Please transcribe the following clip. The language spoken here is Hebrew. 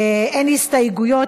אין הסתייגויות.